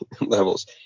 levels